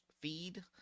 feed